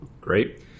Great